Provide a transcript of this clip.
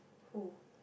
who